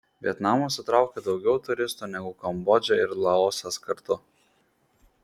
vietnamas sutraukia daugiau turistų negu kambodža ir laosas kartu